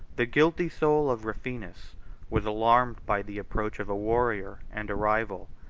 the guilty soul of rufinus was alarmed by the approach of a warrior and a rival,